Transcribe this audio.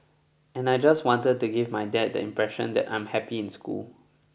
and I just wanted to give my dad the impression that I'm happy in school